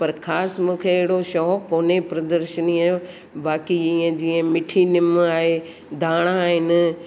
पर ख़ासि मूंखे अहिड़ो शोक़ु कोन्हे प्रद्रर्शिनीअ जो बाक़ी हीअं जीअं मोठी निम आहे धाणा आहिनि